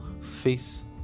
face